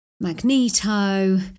magneto